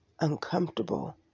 uncomfortable